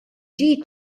ġie